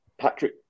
Patrick